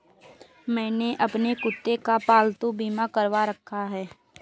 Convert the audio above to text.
मैंने अपने कुत्ते का पालतू बीमा करवा रखा है